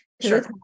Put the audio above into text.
sure